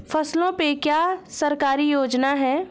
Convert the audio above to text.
फसलों पे क्या सरकारी योजना है?